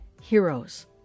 Heroes